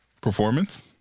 Performance